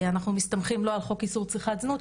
אנחנו מסתמכים לא על חוק איסור צריכת זנות,